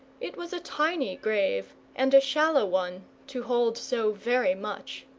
it was a tiny grave and a shallow one, to hold so very much.